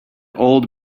old